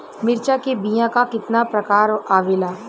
मिर्चा के बीया क कितना प्रकार आवेला?